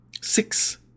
six